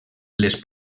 les